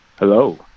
Hello